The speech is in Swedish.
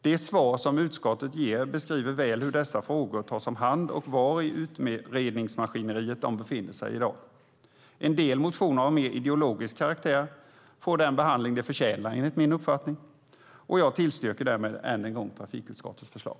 De svar som utskottet ger beskriver väl hur dessa frågor tas om hand och var i utredningsmaskineriet de befinner sig i dag. En del motioner av mer ideologisk karaktär får den behandling de förtjänar, enligt min uppfattning, och jag tillstyrker därmed än en gång trafikutskottets förslag.